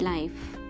Life